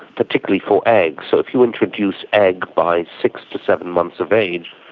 particularly for eggs. so if you introduce egg by six to seven months of age,